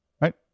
right